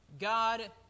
God